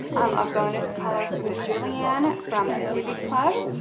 a bonus color for the julianne from the diby club.